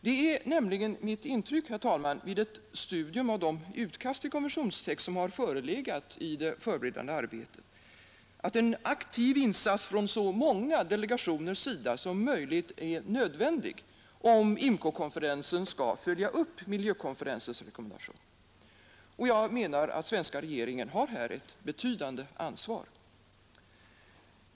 Det är nämligen mitt intryck, herr talman, vid ett studium av de utkast till konventionstext som har förelegat i det förberedande arbetet, att en aktiv insats från så många delegationers sida som möjligt är nödvändig, om IMCO-konferensen skall följa upp miljökonferensens rekommendation. Den svenska regeringen har här ett betydande ansvar.